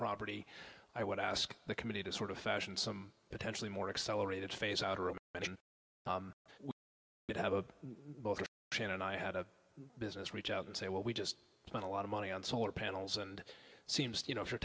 property i would ask the committee to sort of fashion some potentially more accelerated phase out of it have a plan and i had a business reach out and say well we just spent a lot of money on solar panels and seems you know if you're